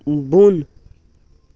بۄن